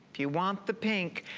if you want the pink,